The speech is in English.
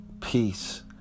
peace